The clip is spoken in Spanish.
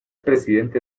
presidente